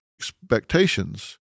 expectations